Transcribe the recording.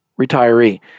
retiree